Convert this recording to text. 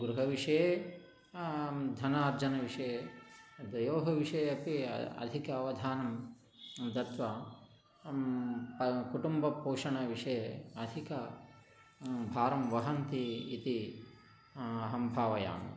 गृहविषये धनार्जनविषये द्वयोः विषये अपि अधिक अवधानं दत्वा प कुटुम्बपोषण विषये अधिक भारं वहन्ती इति अहं भावयामि